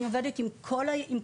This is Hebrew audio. אני עובדת עם כל הארגונים.